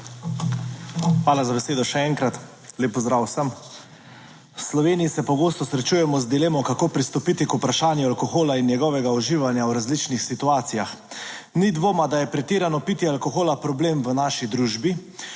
Hvala za besedo. Še enkrat lep pozdrav vsem! V Sloveniji se pogosto srečujemo z dilemo, kako pristopiti k vprašanju alkohola in njegovega uživanja v različnih situacijah. Ni dvoma, da je pretirano pitje alkohola problem v naši družbi,